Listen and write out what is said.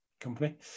company